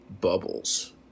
bubbles